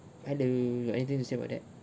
hello you got anything to say about that